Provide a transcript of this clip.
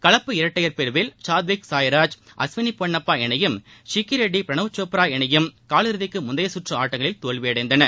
கவப்பு இரட்டையர் பிரிவில் சாத்விக் சாய்ராஜ் அஸ்விளி பொள்ளப்பா இணையும் சிக்கிரெட்டி பிரணவ் சோப்ரா இணையும் கால் இறுதிக்கு முந்தைய சுற்று ஆட்டங்களில் தோல்வியடைந்தன